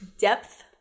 Depth